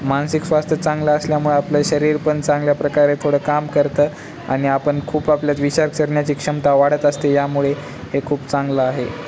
मानसिक स्वास्थ्य चांगलं असल्यामुळे आपलं शरीरपण चांगल्या प्रकारे थोडं काम करतं आणि आपण खूप आपल्याच विषय आचरण्याची क्षमता वाढत असते यामुळे हे खूप चांगलं आहे